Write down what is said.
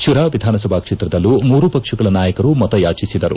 ಶಿರಾ ವಿಧಾನಸಭಾ ಕ್ಷೇತ್ರದಲ್ಲೂ ಮೂರೂ ಪಕ್ಷಗಳ ನಾಯಕರು ಮತಯಾಚಿಸಿದರು